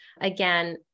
Again